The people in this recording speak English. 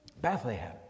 Bethlehem